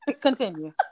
Continue